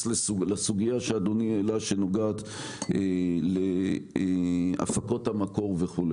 לסוגיה שאדוני העלה שנוגעת להפקות המקור.